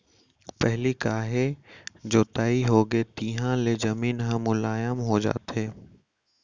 पहिली काहे जोताई होगे तिहाँ ले जमीन ह मुलायम हो जाथे